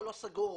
היא עובדת.